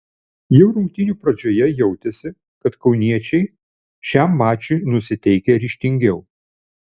jau rungtynių pradžioje jautėsi kad kauniečiai šiam mačui nusiteikę ryžtingiau